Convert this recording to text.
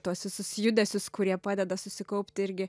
tuos visus judesius kurie padeda susikaupti irgi